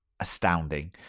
astounding